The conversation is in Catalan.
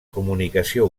comunicació